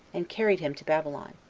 and carried him to babylon.